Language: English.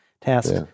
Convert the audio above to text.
task